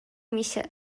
میشه